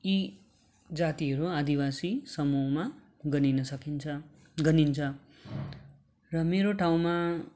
यी जातिहरू आदिवासी समूहमा गनिन सकिन्छ गनिन्छ र मेरो ठाउँमा